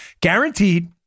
Guaranteed